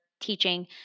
teaching